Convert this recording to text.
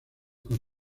con